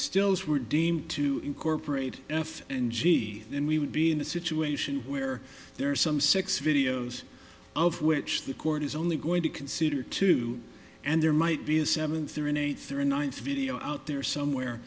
stills were deemed to incorporate f and g then we would be in a situation where there are some six videos of which the court is only going to consider two and there might be a seventh or in a thirty ninth video out there somewhere